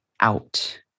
out